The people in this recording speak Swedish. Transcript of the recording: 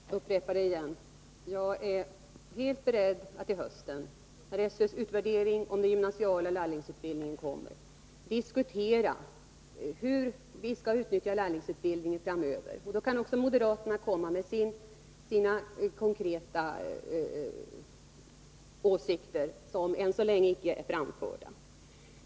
Fru talman! Jag upprepar det igen. Jag är helt beredd att till hösten, när SÖ:s utvärdering om den gymnasiala lärlingsutbildningen kommer, diskutera hur vi skall utnyttja lärlingsutbildningen framöver, och då kan även moderaterna komma med sina konkreta åsikter, som än så länge icke är framförda.